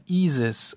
eases